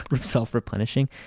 self-replenishing